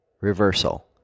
Reversal